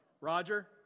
Roger